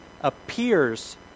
appears